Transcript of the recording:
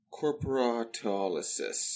Corporatolysis